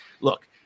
look